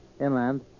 inland